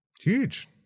Huge